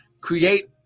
create